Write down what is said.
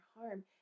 harm